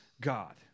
God